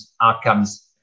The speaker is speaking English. outcomes